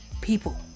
people